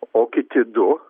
o kiti du